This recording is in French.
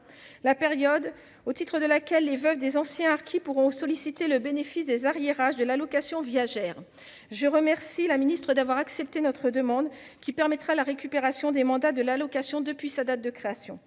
la période au titre de laquelle les veuves des anciens harkis pourront solliciter le bénéfice des arrérages de l'allocation viagère. Je remercie Mme la ministre d'avoir accepté notre demande, qui permettra la récupération des montants de l'allocation depuis sa date de création.